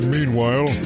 Meanwhile